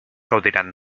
gaudiran